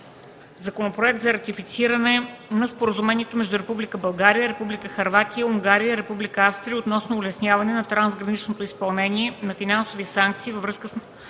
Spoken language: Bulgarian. Законопроект за ратифициране на Споразумението между Република България, Република Хърватия, Унгария и Република Австрия относно улесняване на трансграничното изпълнение на финансови санкции във връзка с